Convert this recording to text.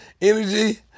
energy